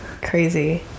crazy